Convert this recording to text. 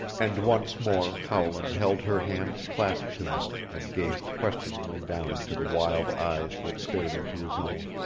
and once more howland held her hands clasped to him and gazed questioningly down into the wild eyes that stared into his own.